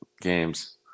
games